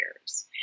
years